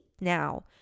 now